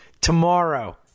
tomorrow